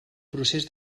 procés